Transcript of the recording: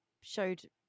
showed